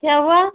क्या हुआ